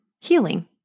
healing